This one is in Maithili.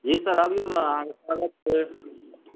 जी सर आबियौ ने अहाँके स्वागत छै